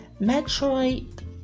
Metroid